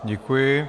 Děkuji.